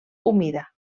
humida